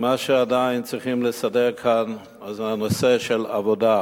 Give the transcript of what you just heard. מה שעדיין צריך לסדר כאן זה נושא העבודה.